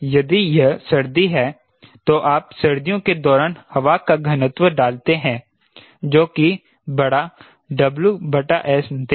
यदि यह सर्दी है तो आप सर्दियों के दौरान हवा का घनत्व डालते हैं जो कि बड़ा WS देगा